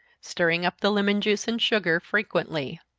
stirring up the lemon-juice and sugar frequently.